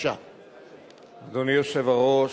אדוני היושב-ראש,